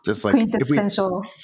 quintessential